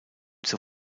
zur